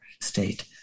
state